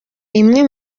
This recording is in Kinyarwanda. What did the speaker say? imwe